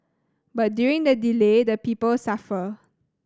but during the delay the people suffer